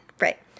Right